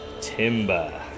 Timber